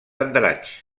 andratx